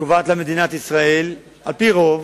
שקובעת למדינת ישראל, על-פי רוב,